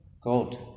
God